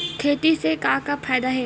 खेती से का का फ़ायदा हे?